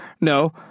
No